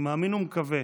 אני מאמין ומקווה